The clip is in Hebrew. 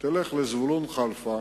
תלך לזבולון קלפה